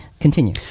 Continue